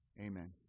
Amen